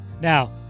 Now